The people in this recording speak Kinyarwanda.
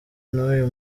n’uyu